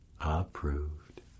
approved